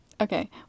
Okay